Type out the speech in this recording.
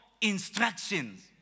instructions